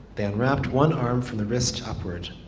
they unwrapped one arm from the wrist upward.